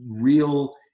real